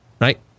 right